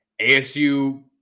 ASU